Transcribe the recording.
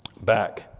back